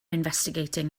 investigating